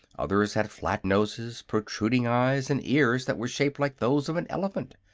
others had flat noses, protruding eyes, and ears that were shaped like those of an elephant.